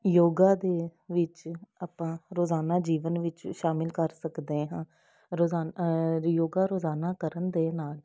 ਯੋਗਾ ਦੇ ਵਿੱਚ ਆਪਾਂ ਰੋਜ਼ਾਨਾ ਜੀਵਨ ਵਿੱਚ ਸ਼ਾਮਿਲ ਕਰ ਸਕਦੇ ਹਾਂ ਰੋਜ਼ਾ ਯੋਗਾ ਰੋਜ਼ਾਨਾ ਕਰਨ ਦੇ ਨਾਲ